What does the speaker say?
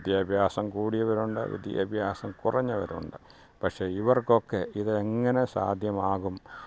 വിദ്യാഭ്യാസം കൂടിയവർ ഉണ്ട് വിദ്യാഭ്യാസം കുറഞ്ഞവർ ഉണ്ട് പക്ഷേ ഇവര്ക്കൊക്കെ ഇത് എങ്ങനെ സാധ്യമാകും